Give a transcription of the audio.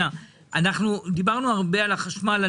דיברנו הרבה על החשמל.